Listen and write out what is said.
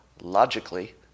logically